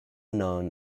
known